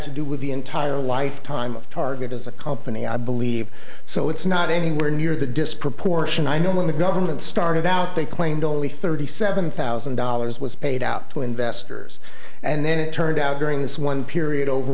to do with the entire lifetime of target as a company i believe so it's not anywhere near that disproportion i know when the government started out they claimed only thirty seven thousand dollars was paid out to investors and then it turned out during this one period over